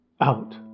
Out